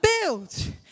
build